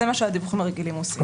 זה מה שהדיווחים הרגילים עושים.